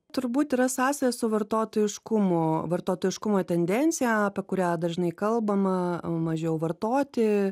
turbūt yra sąsaja su vartotojiškumo vartotojiškumo tendencija apie kurią dažnai kalbama mažiau vartoti